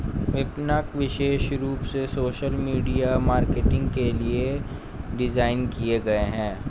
विपणक विशेष रूप से सोशल मीडिया मार्केटिंग के लिए डिज़ाइन किए गए है